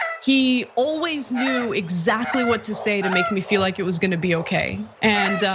he always knew exactly what to say to make me feel like it was gonna be okay. and